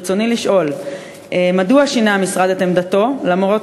ברצוני לשאול: 1. מדוע שינה המשרד את עמדתו למרות